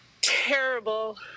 terrible